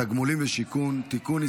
(תגמולים ושיקום) (תיקון,